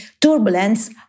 turbulence